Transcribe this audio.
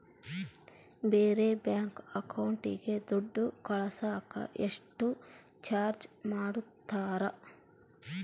ಬೇರೆ ಬ್ಯಾಂಕ್ ಅಕೌಂಟಿಗೆ ದುಡ್ಡು ಕಳಸಾಕ ಎಷ್ಟು ಚಾರ್ಜ್ ಮಾಡತಾರ?